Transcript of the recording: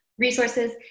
resources